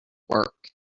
work